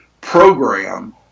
program